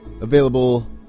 available